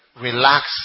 Relax